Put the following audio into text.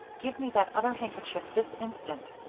give me that other handkerchief this instant,